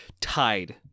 tied